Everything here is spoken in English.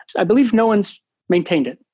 i believe no one's maintained it.